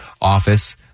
office